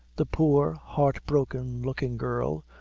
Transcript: the poor heart-broken looking girl,